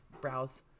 browse